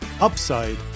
upside